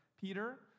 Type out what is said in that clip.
peter